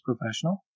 professional